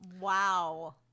Wow